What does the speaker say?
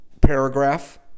paragraph